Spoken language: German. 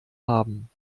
haben